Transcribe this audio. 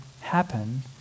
Happen